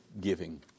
giving